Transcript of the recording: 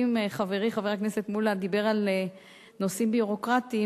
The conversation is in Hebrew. אם חברי חבר הכנסת מולה דיבר על נושאים ביורוקרטיים,